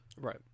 Right